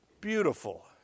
beautiful